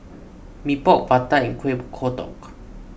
Mee Pok Vadai and Kuih Kodok